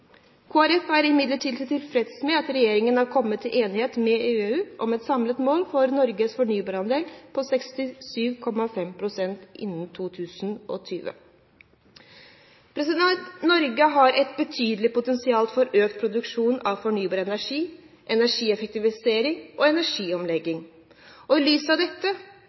Folkeparti er imidlertid tilfreds med at regjeringen har kommet til enighet med EU om et samlet mål for Norges fornybarandel på 67,5 pst. innen 2020. Norge har et betydelig potensial for økt produksjon av fornybar energi, energieffektivisering og energiomlegging. I lys av dette